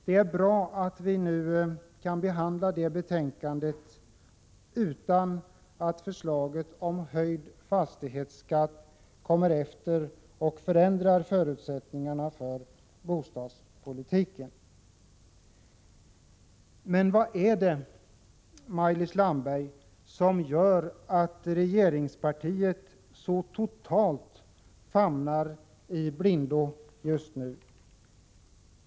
Det är bra att vi nu kan behandla detta betänkande utan att förslaget om höjd fastighetsskatt senare kommer att förändra förutsättningarna för bostadspolitiken. Men vad är det, Maj-Lis Landberg, som gör att regeringspartiet så totalt famlar i blindo just nu?